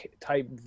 type